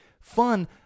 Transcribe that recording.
fun